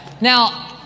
Now